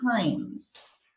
times